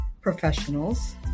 professionals